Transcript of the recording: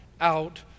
out